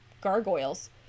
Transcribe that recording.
gargoyles